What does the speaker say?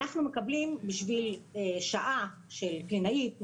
אנחנו מקבלים בשביל שעה של קלינאית,